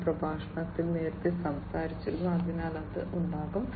ഈ പ്രഭാഷണത്തിൽ നേരത്തെ സംസാരിച്ചിരുന്നു അതിനാൽ അത് ഉണ്ടാകും